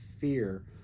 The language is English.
fear